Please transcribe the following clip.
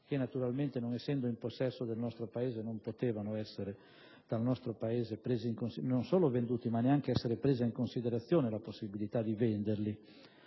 che naturalmente non essendo in possesso del nostro Paese non solo non potevano essere dal nostro Paese venduti, ma neanche poteva essere presa in considerazione la possibilità di venderli.